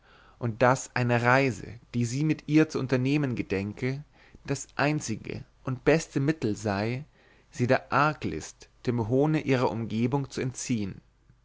und daß eine reise die sie mit ihr zu unternehmen gedenke das einzige und beste mittel sei sie der arglist dem hohne ihrer umgebung zu entziehen